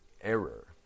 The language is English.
error